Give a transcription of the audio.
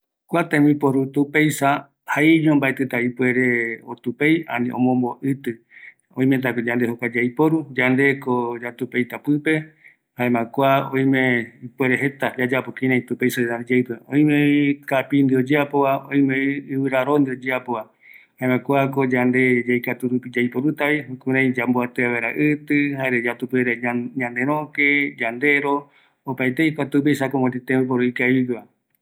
Kua tupeisa mbaetɨ jaeño otupei, yandeko yaiporu jare yatupei pɨpe, öime, kapii, ɨvɨra roo, jare plastico, oimetako opaete ñanoi yaiporu vare